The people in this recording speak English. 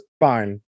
Fine